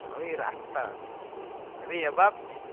nawei rata nawei ababis